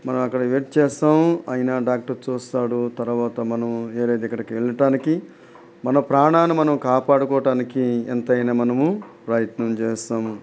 మనం అక్కడ వెయిట్ చేస్తాం అయిన డాక్టర్ చూస్తాడు తర్వాత మనం వేరే దగ్గరికి వెళ్ళటానికి మన ప్రాణాన్ని మనం కాపాడుకోటానికి ఎంతైనా మనము ప్రయత్నం చేస్తాము